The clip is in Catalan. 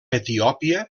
etiòpia